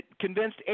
convinced